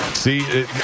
See